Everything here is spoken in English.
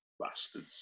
bastards